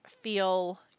feel